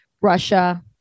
Russia